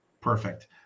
Perfect